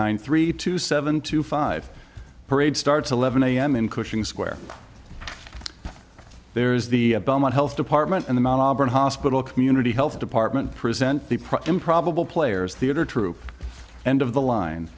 nine three two seven two five parade starts eleven a m in cushing square there is the health department and the mount auburn hospital community health department present the prep improbable players theater troupe and of the line